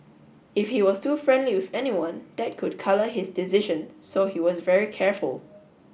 if he was too friendly with anyone that could colour his decision so he was very careful